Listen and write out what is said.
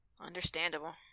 Understandable